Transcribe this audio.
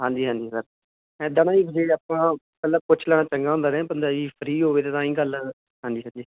ਹਾਂਜੀ ਹਾਂਜੀ ਸਰ ਇੱਦਾਂ ਨਾ ਜੀ ਜੇ ਆਪਾਂ ਪਹਿਲਾਂ ਪੁੱਛ ਲੈਣਾ ਚੰਗਾ ਹੁੰਦਾ ਬੰਦਾ ਜੀ ਫਰੀ ਹੋਵੇ ਤੇ ਤਾਂ ਹੀ ਗੱਲ ਹਾਂਜੀ ਹਾਂਜੀ